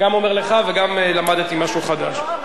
גם אומר לך וגם למדתי משהו חדש,